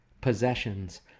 Possessions